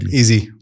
easy